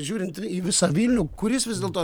žiūrint į visą vilnių kuris vis dėlto